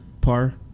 par